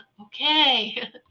okay